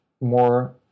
More